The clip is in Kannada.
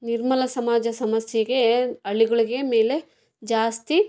ನಿರ್ಮಲ ಸಮಾಜ ಸಮಸ್ಯೆಗೆ ಹಳ್ಳಿಗಳಿಗೆ ಮೇಲೆ ಜಾಸ್ತಿ